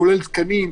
כולל תקנים,